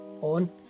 on